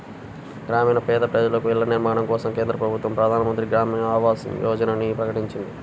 గ్రామీణ పేద ప్రజలకు ఇళ్ల నిర్మాణం కోసం కేంద్ర ప్రభుత్వం ప్రధాన్ మంత్రి గ్రామీన్ ఆవాస్ యోజనని ప్రకటించింది